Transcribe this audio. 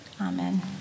Amen